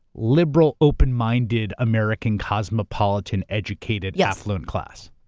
liberal open-minded, american, cosmopolitan, educated, yeah affluent class.